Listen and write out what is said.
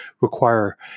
require